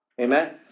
Amen